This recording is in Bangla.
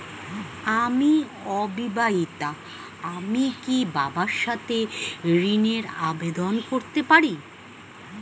আমি অবিবাহিতা আমি কি বাবার সাথে ঋণের আবেদন করতে পারি?